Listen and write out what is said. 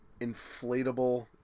Inflatable